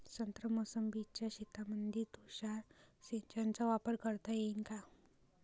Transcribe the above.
संत्रा मोसंबीच्या शेतामंदी तुषार सिंचनचा वापर करता येईन का?